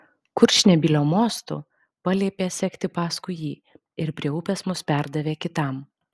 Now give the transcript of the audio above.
kurčnebylio mostu paliepė sekti paskui jį ir prie upės mus perdavė kitam